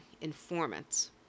informants